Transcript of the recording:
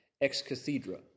ex-cathedra